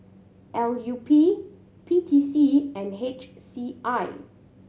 L U P P T C and H C I